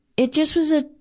it just was a,